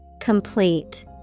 Complete